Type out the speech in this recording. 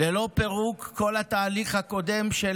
ללא פירוק כל התהליך הקודם של